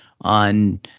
on